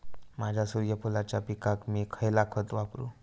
माझ्या सूर्यफुलाच्या पिकाक मी खयला खत वापरू?